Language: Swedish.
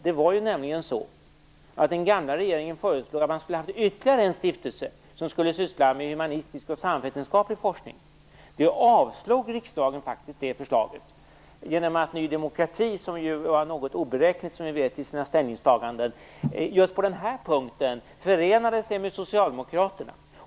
Det var nämligen så att den gamla regeringen föreslog att man skulle ha ytterligare en stiftelse, som skulle syssla med humanistisk och samhällsvetenskaplig forskning. Riksdagen avslog det förslaget, genom att Ny demokrati - som vi vet var något oberäkneligt i sina ställningstaganden - just på den här punkten förenade sig med Socialdemokraterna.